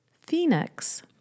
Phoenix